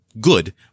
good